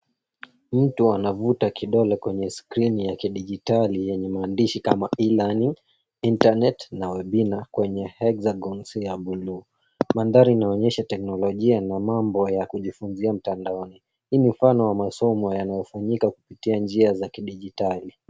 Mtu anavuta kidole kwenye skrini ya kidijitali yenye maandishi kama e-learning , internet , na webinar , kwenye hexagons ya bluu. Mandhari inaonyesha teknolojia, na mambo ya kujifunzia mtandaoni. Hii ni mfano wa masomo yanayofanyika kupitia njia za kidijitali.